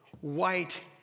white